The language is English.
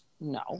No